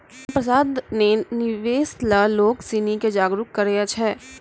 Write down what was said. रामप्रसाद ने निवेश ल लोग सिनी के जागरूक करय छै